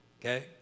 Okay